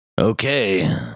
Okay